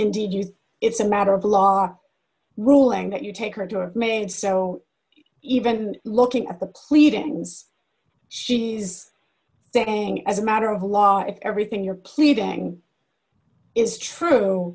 indeed you it's a matter of law ruling that you take her to a maid so even looking at the pleadings she is saying as a matter of law if everything you're pleading is true